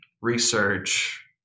research